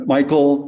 Michael